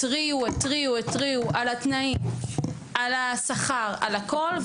התריעו, התריעו על התנאים, על השכר, על הכול.